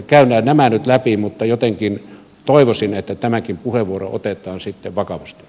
käydään nämä nyt läpi mutta jotenkin toivoisin että tämäkin puheenvuoro otetaan sitten vakavasti